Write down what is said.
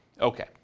Okay